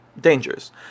dangerous